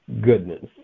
goodness